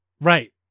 Right